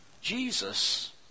Jesus